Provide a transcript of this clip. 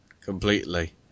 Completely